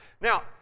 Now